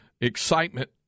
excitement